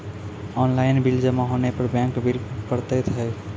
Online bill जमा होने पर बैंक बिल पड़तैत हैं?